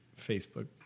Facebook